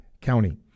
County